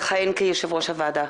לכהן כיושב-ראש הוועדה.